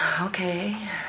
Okay